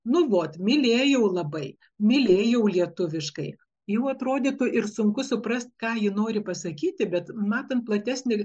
nu vot mylėjau labai mylėjau lietuviškai jau atrodytų ir sunku suprast ką ji nori pasakyti bet matant platesnį